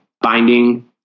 binding